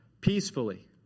peacefully